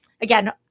again